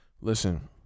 Listen